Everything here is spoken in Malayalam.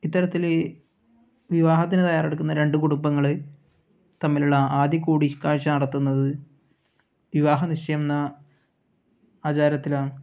ഇത്തരത്തിൽ വിവാഹത്തിന് തയ്യാറെടുക്കുന്ന രണ്ട് കുടുംബങ്ങൾ തമ്മിലുള്ള ആദ്യ കൂടിക്കാഴ്ച നടത്തുന്നത് വിവാഹ നിശ്ചയം എന്ന ആചാരത്തിലാണ്